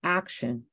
action